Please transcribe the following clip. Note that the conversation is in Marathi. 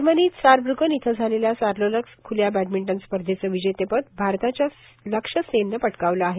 जर्मनीत सारब्र्कन इथं झालेल्या सार्लोर्लक्स ख्ल्या बॅडमिंटन स्पर्धेचं विजेतेपद भारताच्या लक्ष्य सेननं पटकावलं आहे